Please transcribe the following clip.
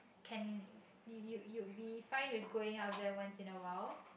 can you you you'd be fine with going out with them once in a while